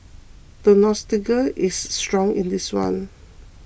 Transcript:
the nostalgia is strong in this one